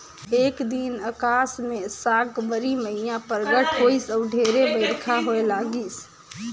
एक दिन अकास मे साकंबरी मईया परगट होईस अउ ढेरे बईरखा होए लगिस